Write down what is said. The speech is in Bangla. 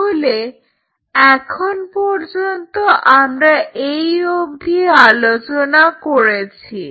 তাহলে এখন পর্যন্ত আমরা এই অবধি আলোচনা করেছি